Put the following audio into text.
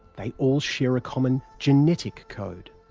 they all share a common genetic code.